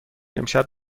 امشب